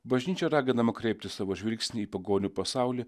bažnyčia raginama kreipti savo žvilgsnį į pagonių pasaulį